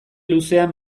luzean